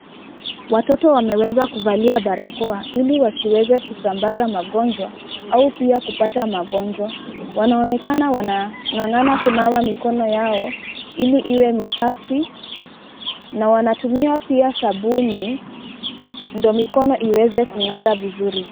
Watoto wameweza kuvalia barakoa ili wasiweze kusambaza magonjwa au pia kupata magonjwa wanaonekana wanangangana kunawa mikono yao ili iwe ni safi na wanatumia pia sabuni ndo mikono iweze kunawa vizuri.